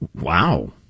Wow